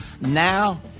Now